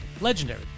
legendary